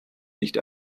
nicht